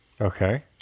Okay